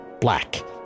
black